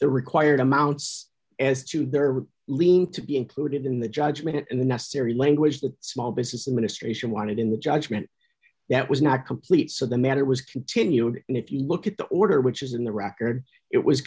the required amounts as to their leaving to be included in the judgment and the necessary language the small business administration wanted in the judgment that was not complete so the matter was continued and if you look at the order which is in the record it was